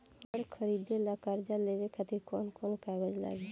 घर खरीदे ला कर्जा लेवे खातिर कौन कौन कागज लागी?